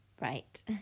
Right